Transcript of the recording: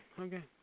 Okay